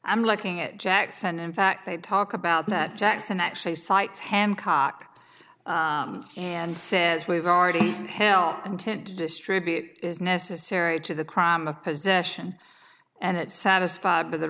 i'm looking at jackson in fact they talk about that jackson actually cites hancock and says we've already hell intent to distribute is necessary to the crime of possession and it satisfied with a